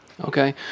Okay